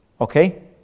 Okay